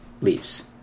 leaves